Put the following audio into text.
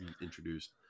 introduced